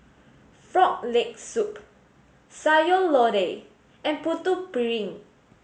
frog leg soup Sayur Lodeh and Putu Piring